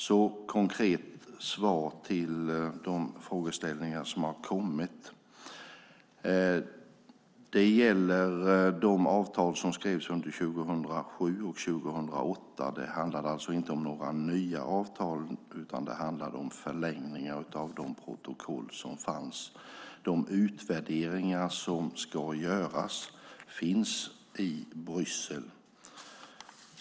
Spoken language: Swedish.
Ett konkret svar på frågan om de avtal som skrevs under 2007 och 2008 är att det inte handlar om några nya avtal utan förlängningar om de protokoll som fanns. De utvärderingar som ska göras finns i Bryssel.